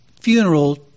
funeral